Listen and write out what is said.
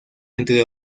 entre